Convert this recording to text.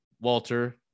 Walter